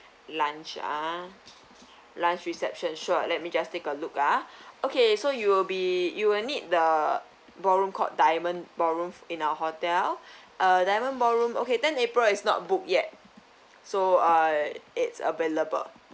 lunch ah lunch reception sure let me just take a look ah okay so you will be you will need the ballroom code diamond ballroom in our hotel uh diamond ballroom okay tenth april is not booked yet so uh it's available